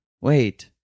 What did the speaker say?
Wait